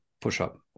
push-up